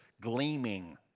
gleaming